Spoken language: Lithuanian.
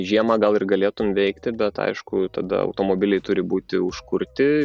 žiemą gal ir galėtum veikti bet aišku tada automobiliai turi būti užkurti